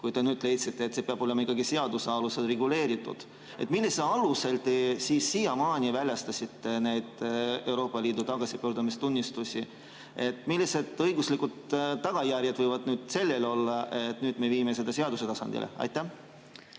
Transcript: kuid nüüd te leidsite, et see peab olema ikkagi seaduse alusel reguleeritud? Mille alusel te siis siiamaani väljastasite Euroopa Liidu tagasipöördumistunnistusi? Millised õiguslikud tagajärjed võivad sellel olla, et nüüd me viime selle seaduse tasandile? Aitäh,